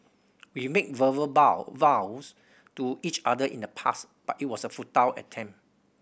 we made verbal vow vows to each other in the past but it was a futile attempt